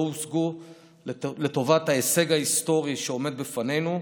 הושגו לטובת ההישג ההיסטורי שעומד בפנינו.